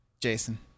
Jason